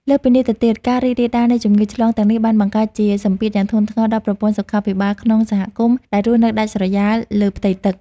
លើសពីនេះទៅទៀត ការរីករាលដាលនៃជំងឺឆ្លងទាំងនេះបានបង្កើតជាសម្ពាធយ៉ាងធ្ងន់ធ្ងរដល់ប្រព័ន្ធសុខាភិបាលក្នុងសហគមន៍ដែលរស់នៅដាច់ស្រយាលលើផ្ទៃទឹក។